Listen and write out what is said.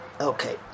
Okay